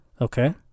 Okay